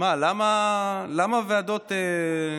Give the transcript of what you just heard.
למה בוועדות,